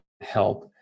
help